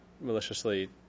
maliciously